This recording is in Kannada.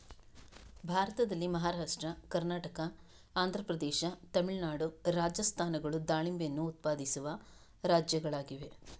ಭಾರತದಲ್ಲಿ ಮಹಾರಾಷ್ಟ್ರ, ಕರ್ನಾಟಕ, ಆಂಧ್ರ ಪ್ರದೇಶ, ತಮಿಳುನಾಡು, ರಾಜಸ್ಥಾನಗಳು ದಾಳಿಂಬೆಯನ್ನು ಉತ್ಪಾದಿಸುವ ರಾಜ್ಯಗಳಾಗಿವೆ